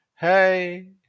Hey